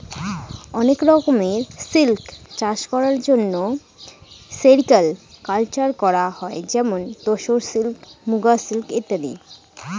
অনেক রকমের সিল্ক চাষ করার জন্য সেরিকালকালচার করা হয় যেমন তোসর সিল্ক, মুগা সিল্ক ইত্যাদি